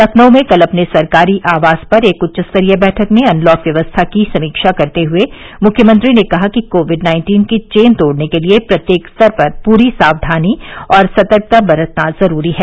लखनऊ में कल अपने सरकारी आवास पर एक उच्च स्तरीय बैठक में अनलॉक व्यवस्था की समीक्षा करते हुए मुख्यमंत्री ने कहा कि कोविड नाइन्टीन की चेन तोड़ने के लिए प्रत्येक स्तर पर पूरी सावधानी और सतर्कता बरतना जरूरी है